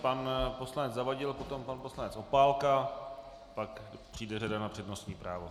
Pan poslanec Zavadil, potom pan poslanec Opálka, pak přijde řada na přednostní právo.